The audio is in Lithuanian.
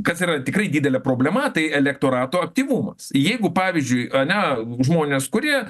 kas yra tikrai didelė problema tai elektorato aktyvumas jeigu pavyzdžiui ane žmonės kurie